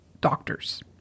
doctors